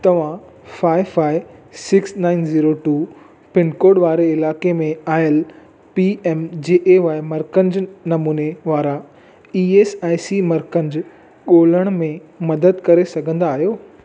तव्हां five five six nine zero two pincode वारे इलाइक़े में आयल P M J A Y मर्कज़ नमूननि वारा ई एस आई सी मर्कज़ ॻोल्हण में मदद करे सघंदा आहियो